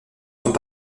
sont